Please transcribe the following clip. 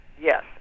Yes